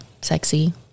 sexy